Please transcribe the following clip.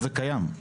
זה קיים,